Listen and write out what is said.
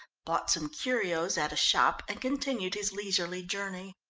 bought some curios at a shop and continued his leisurely journey.